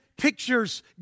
pictures